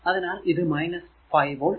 അതിനാൽ ഇത് 5 വോൾട് പിന്നെ ഇവിടെ v 1